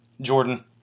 Jordan